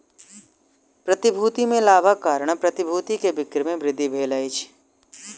प्रतिभूति में लाभक कारण प्रतिभूति के बिक्री में वृद्धि भेल अछि